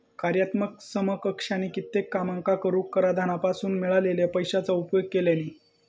कार्यात्मक समकक्षानी कित्येक कामांका करूक कराधानासून मिळालेल्या पैशाचो उपयोग केल्यानी